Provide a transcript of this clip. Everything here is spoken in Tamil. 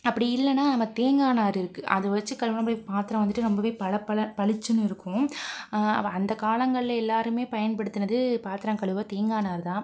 அப்படி இல்லைனா நம்ம தேங்காய் நார் இருக்குது அதை வச்சு கழுவுனால் அப்படியே பாத்திரம் வந்துட்டு ரொம்பவே பளபள பளிச்சின்னு இருக்கும் அ அந்த காலங்கள்ல எல்லாருமே பயன்படுத்துனது பாத்திரம் கழுவ தேங்காய் நார் தான்